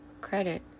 credit